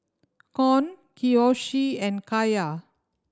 Con Kiyoshi and Kaiya